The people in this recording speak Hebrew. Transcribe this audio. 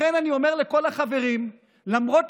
לכן אני אומר לכל החברים: למרות